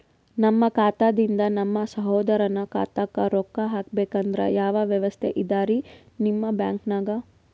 ನಮ್ಮ ಖಾತಾದಿಂದ ನಮ್ಮ ಸಹೋದರನ ಖಾತಾಕ್ಕಾ ರೊಕ್ಕಾ ಹಾಕ್ಬೇಕಂದ್ರ ಯಾವ ವ್ಯವಸ್ಥೆ ಇದರೀ ನಿಮ್ಮ ಬ್ಯಾಂಕ್ನಾಗ?